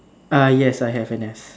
ah yes I have an S